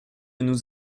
nous